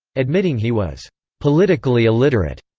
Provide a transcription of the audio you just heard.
admitting he was politically illiterate,